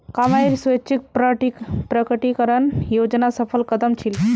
कमाईर स्वैच्छिक प्रकटीकरण योजना सफल कदम छील